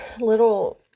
little